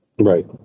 Right